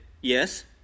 yes